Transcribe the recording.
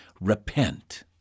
Repent